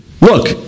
Look